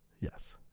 Yes